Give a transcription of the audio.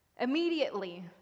Immediately